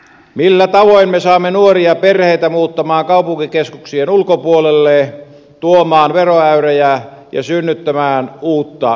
millä tavoin me saamme nuoria perheitä muuttamaan kaupunkikeskuksien ulkopuolelle tuomaan veroäyrejä ja synnyttämään uutta sukupolvea